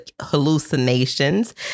hallucinations